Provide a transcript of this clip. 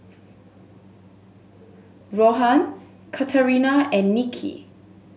Rohan Katarina and Nicky